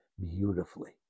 beautifully